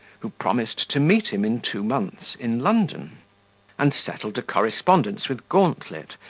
who promised to meet him in two months in london and settled a correspondence with gauntlet,